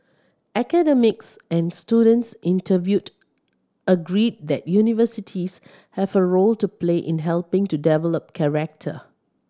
academics and students interviewed agreed that universities have a role to play in helping to develop character